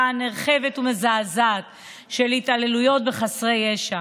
נרחבת ומזעזעת של התעללויות בחסרי ישע.